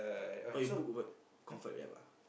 oh you book what comfort app ah